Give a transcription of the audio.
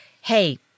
hey